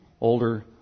older